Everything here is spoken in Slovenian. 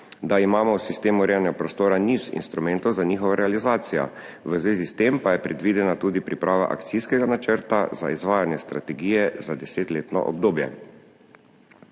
da imamo v sistemu urejanja prostora niz instrumentov za njihovo realizacijo, v zvezi s tem pa je predvidena tudi priprava akcijskega načrta za izvajanje strategije za desetletno obdobje,